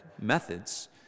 methods